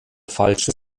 falsche